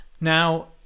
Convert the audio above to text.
Now